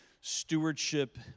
stewardship